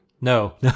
No